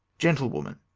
gentlewoman,